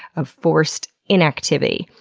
of forced inactivity.